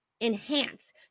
enhance